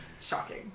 Shocking